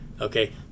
okay